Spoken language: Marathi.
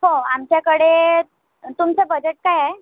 हो आमच्याकडे तुमचं बजेट काय आहे